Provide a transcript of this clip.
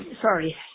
Sorry